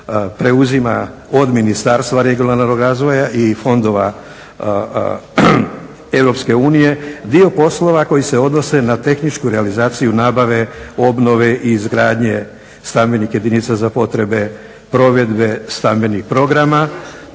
preuzima od Ministarstva regionalnog razvoja i fondova EU dio poslova koji se odnose na tehničku realizaciju nabave i obnove i izgradnje stambenih jedinica za potrebe provedbe stambenih programa,